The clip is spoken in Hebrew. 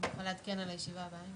מתי תעדכן על הישיבה הבאה?